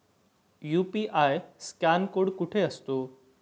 UPI scan code कुठे असतो?